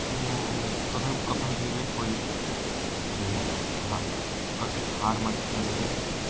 ମୁଁ ତଥାପି ପ୍ରଥମେ ଧିରେ ଧିରେ ଖୋଳିଲି ବହୁତ ହାର୍ଡ଼ ହାର୍ଡ଼ ମାଟି ଥିଲା ସେଇଟା